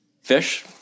fish